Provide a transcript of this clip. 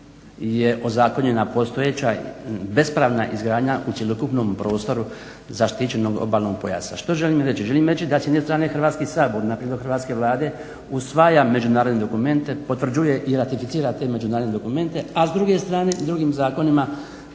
je ozakonjena postojeća bespravna izgradnja u cjelokupnom prostoru zaštićenog obalnog pojasa. Što želim reći? Želim reći da s jedne strane Hrvatski sabor na prijedlog Hrvatske vlade usvaja međunarodne dokumente, potvrđuje i ratificira te međunarodne dokumente, a s duge strane i drugim zakonima